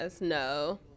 No